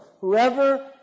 whoever